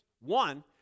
One